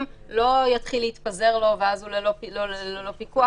לא יתחיל להתפזר לו ואז הוא ללא פיקוח.